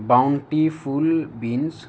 bountiful beans